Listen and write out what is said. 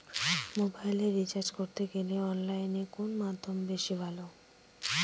মোবাইলের রিচার্জ করতে গেলে অনলাইনে কোন মাধ্যম বেশি ভালো?